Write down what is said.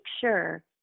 sure